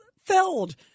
filled